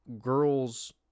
girls